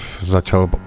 začal